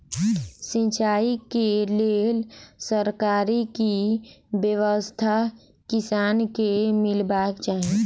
सिंचाई केँ लेल सरकारी की व्यवस्था किसान केँ मीलबाक चाहि?